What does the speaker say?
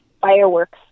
fireworks